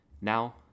Now